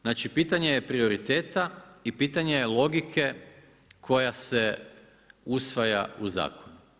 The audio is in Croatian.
Znači pitanje je prioriteta i pitanje je logike koja se usvaja u zakonu.